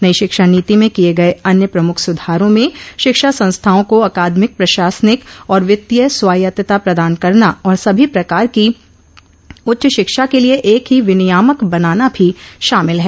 नई शिक्षा नीति में किए गए अन्य प्रमुख सुधारों में शिक्षा संस्थाओं को अकादमिक प्रशासनिक और वित्तीय स्वायत्तता प्रदान करना और सभी प्रकार की उच्च शिक्षा के लिए एक ही विनियामक बनाना भी शामिल है